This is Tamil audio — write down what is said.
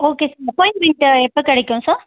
ஓகே சார் அப்பாய்ண்ட்மெண்ட்டு எப்போ கிடைக்கும் சார்